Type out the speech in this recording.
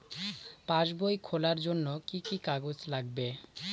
পাসবই খোলার জন্য কি কি কাগজ লাগবে?